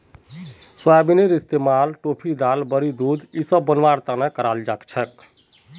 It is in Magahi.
सोयाबीनेर इस्तमाल टोफू दाल बड़ी दूध इसब बनव्वार तने कराल जा छेक